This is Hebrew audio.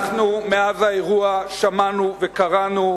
אנחנו, מאז האירוע, שמענו וקראנו